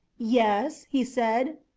yes, he said.